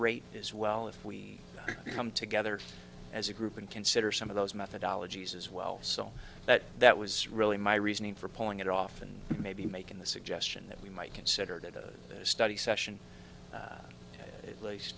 rate as well if we come together as a group and consider some of those methodology as well so that that was really my reasoning for pulling it off and maybe making the suggestion that we might consider that a study session at least